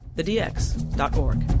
TheDX.org